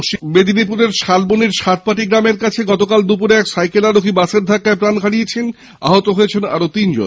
পশ্চিম মেদিনীপুরের শালবনীর সাতপাটি গ্রামের কাছে দুপুরে এক সাইকেল আরোহী বাসের ধাক্কায় প্রাণ হারিয়েছেন আহত হয়েছেন আরও তিনজন